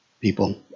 people